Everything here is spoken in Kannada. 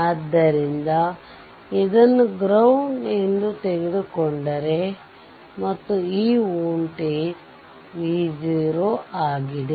ಆದ್ದರಿಂದ ಇದನ್ನು ಗ್ರೌಂಡ್ ಎಂದು ತೆಗೆದುಕೊಂಡರೆ ಮತ್ತು ಈ ವೋಲ್ಟೇಜ್ V0 ಆಗಿದೆ